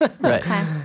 right